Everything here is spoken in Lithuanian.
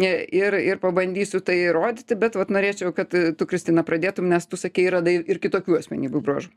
ir ir pabandysiu tai įrodyti bet vat norėčiau kad tu kristina pradėtum nes tu sakei radai ir kitokių asmenybių bruožų